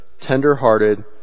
tender-hearted